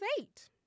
eight